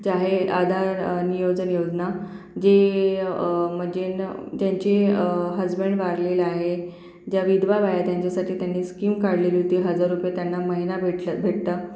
ज्या हे आधार नियोजन योजना जे म्हणजे न ज्यांचे हजबण वारलेला आहे ज्या विधवा बाया आहे त्यांच्यासाटी त्यांनी स्कीम काढलेली होती हजार रुपये त्यांना महिना भेटला भेटता